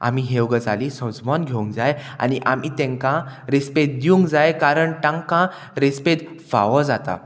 आमी ह्यो गजाली सोजमोन घेवंक जाय आनी आमी तेंकां रेस्पेद दिवंक जाय कारण तांकां रेस्पेद फावो जाता